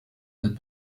that